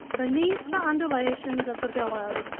beneath the undulations of the billows,